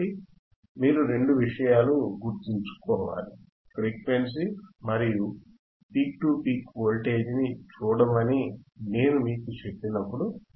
కాబట్టి మీరు రెండు విషయాలు గుర్తుంచుకోవాలి ఫ్రీక్వెన్సీ మరియు పీక్ టు పీక్ వోల్టేజ్ ని చూడమని నేను మీకు చెప్పినప్పుడు